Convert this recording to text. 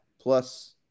plus